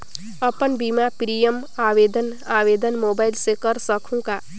अपन बीमा प्रीमियम आवेदन आवेदन मोबाइल से कर सकहुं का?